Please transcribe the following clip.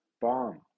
bomb